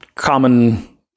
common